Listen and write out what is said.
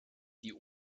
die